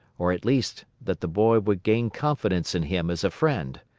or, at least, that the boy would gain confidence in him as a friend.